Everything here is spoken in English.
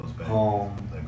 home